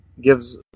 gives